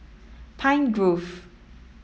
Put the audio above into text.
Pine Grove